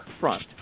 front